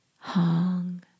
Hong